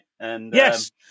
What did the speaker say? Yes